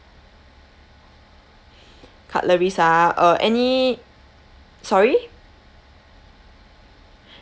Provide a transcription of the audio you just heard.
cutleries ah uh any sorry